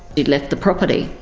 he'd left the property,